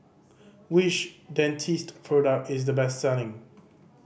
which Dentiste product is the best selling